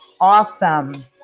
awesome